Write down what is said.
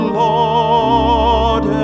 lord